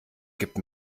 gibt